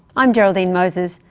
i'm geraldine moses.